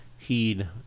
heed